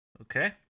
Okay